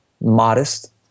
modest